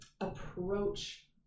approach